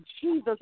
Jesus